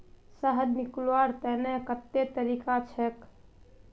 शहद निकलव्वार तने कत्ते तरीका छेक?